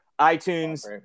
iTunes